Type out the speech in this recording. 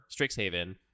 Strixhaven